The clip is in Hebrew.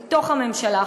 מתוך הכנסת.